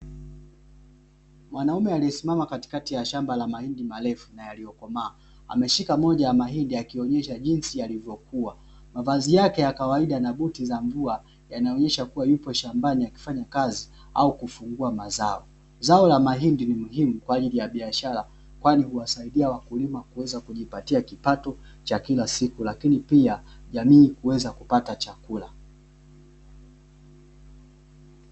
Mwanaume aliyesimama katikati ya shamba la mahindi marefu na yaliyokomaa, ameshika moja ya mahindi akionesha jinsi mahindi yalivyokua, mavazi yake ya kawaida na buti za mvua yanaonesha yupo shambani akifanya kazi au kuvuna mazao. Zao la mahindi ni muhimu kwa ajili ya biashara, kwani huwasaidia wakulima kupata kipato cha kila siku lakini pia jamii kuweza kupata chakula.